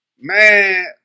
Man